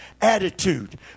attitude